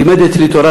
לימד אצלי תורה,